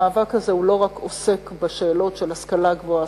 המאבק הזה לא רק עוסק בשאלות של השכלה גבוהה,